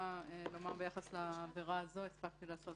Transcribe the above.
בהקשר לעבירה הזאת הספקתי לעשות